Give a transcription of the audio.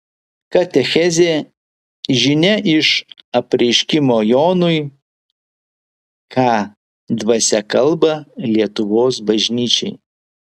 katechezė žinia iš apreiškimo jonui ką dvasia kalba lietuvos bažnyčiai